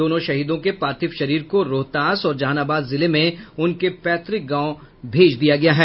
दोनों शहीदों के पार्थिव शरीर को रोहतास और जहानाबाद जिले में उनके पैतृक गांव भेज दिया गया है